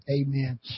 Amen